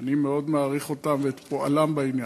שאני מאוד מעריך אותם ואת פועלם בעניין,